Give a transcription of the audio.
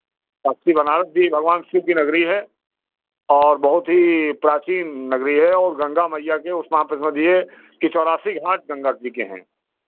अस्सी बनारस भी भगवान शिव की नगरी है और बहुत ही प्राचीन नगरी है और गंगा मैया के उसमें आप ये समझिए कि चौरासी घाट गंगा जी के हैं